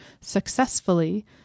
successfully